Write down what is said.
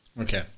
Okay